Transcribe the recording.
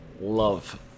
Love